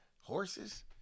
horses